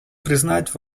признать